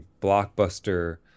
blockbuster